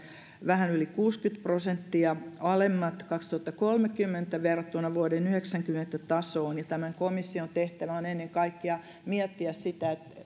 vähän yli kuusikymmentä prosenttia alemmat vuonna kaksituhattakolmekymmentä verrattuna vuoden yhdeksänkymmentä tasoon ja tämän komission tehtävä on ennen kaikkea miettiä sitä